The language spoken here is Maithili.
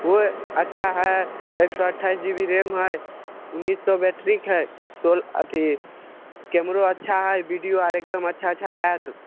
ओहो अच्छा हइ एक सए अठाइस जीबी रैम हइ उन्नीस सए बैट्रिक हइ सोल अथी कैमरो अच्छा हइ बिडियो एकदम अच्छा अच्छा आयत